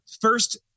first